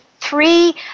three